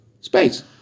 Space